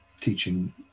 teaching